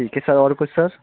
ठीक है सर और कुछ सर